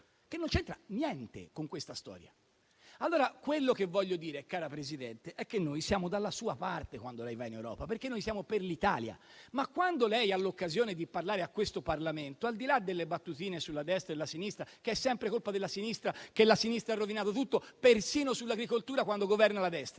che però con questa storia non c'entra niente. Voglio dire, cara Presidente, che noi siamo dalla sua parte quando lei va in Europa, perché noi siamo per l'Italia. Quando però lei ha l'occasione di parlare al Parlamento, al di là delle battutine sulla destra e la sinistra, che è sempre colpa della sinistra, che ha rovinato tutto, persino sull'agricoltura quando governa la destra,